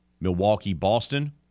Milwaukee-Boston